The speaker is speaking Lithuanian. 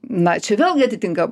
na čia vėlgi atitinka